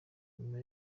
nyuma